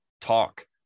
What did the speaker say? talk